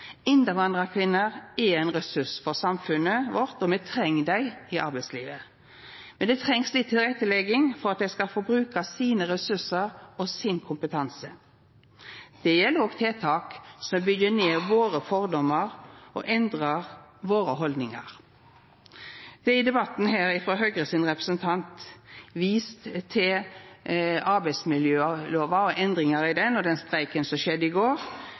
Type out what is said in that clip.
er ein ressurs for samfunnet vårt, og me treng dei i arbeidslivet, men det trengst litt tilrettelegging for at dei skal få bruka sine ressursar og sin kompetanse. Det gjeld òg tiltak som byggjer ned fordomane våre og endrar haldningane våre. Det er i debatten frå representanten frå Høgre vist til arbeidsmiljølova og endringar i ho og den streiken som var i går.